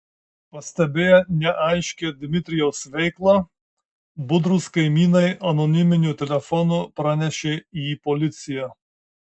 pastebėję neaiškią dmitrijaus veiklą budrūs kaimynai anoniminiu telefonu pranešė į policiją